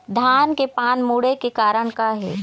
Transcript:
धान के पान मुड़े के कारण का हे?